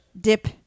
Dip